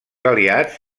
aliats